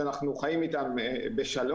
שאנחנו חיים אתן בשלום,